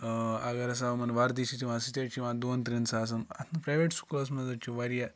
اَگَر ہَسا یِمَن وَردی چھِ دِوان سُہ تہِ حظ چھِ یِوان دۄن ترٛٮ۪ن ساسَن اَتھ منٛز پرٛایویٹ سکوٗلَس منٛز حظ چھِ وارِیاہ